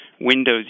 Windows